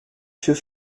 für